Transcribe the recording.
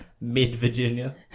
Mid-Virginia